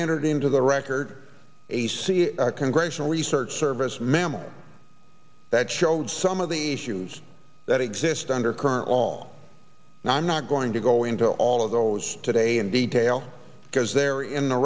entered into the record a c a congressional research service mammal that showed some of the humans that exist under current all and i'm not going to go into all of those today in detail because they're in the